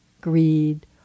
greed